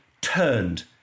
turned